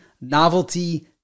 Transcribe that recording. novelty